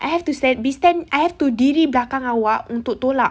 I have to stand be stand I have to diri belakang awak untuk tolak